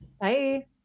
Bye